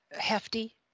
hefty